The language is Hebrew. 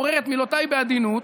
בורר את מילותיי בעדינות.